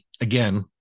again